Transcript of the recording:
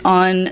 on